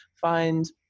find